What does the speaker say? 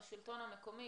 השלטון המקומי,